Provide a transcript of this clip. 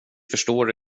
förstår